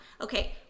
okay